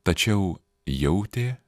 tačiau jautė